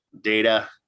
data